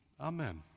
amen